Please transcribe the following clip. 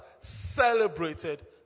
celebrated